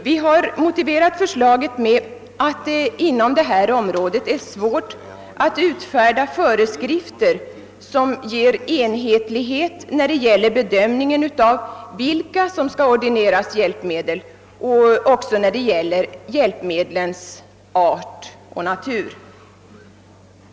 Vi har motiverat förslaget med att det inom detta område är svårt att utfärda föreskrifter som ger enhetlighet när det gäller bedömningen av vilka som skall ordineras hjälpmedel och också när det gäller hjälpmedlens art och natur.